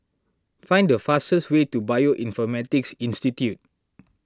find the fastest way to Bioinformatics Institute